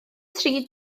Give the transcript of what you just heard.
tri